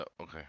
Okay